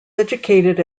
educated